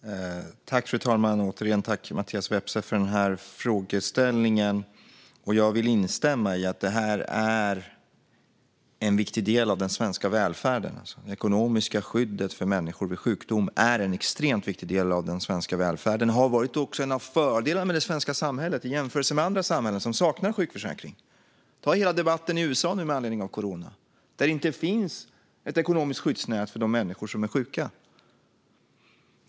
Fru talman! Jag tackar återigen Mattias Vepsä för frågeställningen. Jag vill instämma i att det här är en viktig del av den svenska välfärden. Det ekonomiska skyddet för människor vid sjukdom är en extremt viktig del av den svenska välfärden. Det har också varit en av fördelarna med det svenska samhället i jämförelse med andra samhällen, som saknar sjukförsäkring. Ta hela debatten i USA nu med anledning av corona! Där finns det inte ett ekonomiskt skyddsnät för de människor som är sjuka.